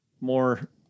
more